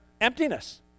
Emptiness